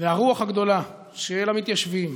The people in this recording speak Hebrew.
והרוח הגדולה של המתיישבים,